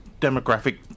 demographic